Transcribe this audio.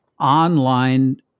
online